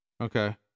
Okay